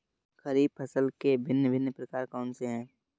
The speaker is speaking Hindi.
खरीब फसल के भिन भिन प्रकार कौन से हैं?